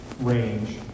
range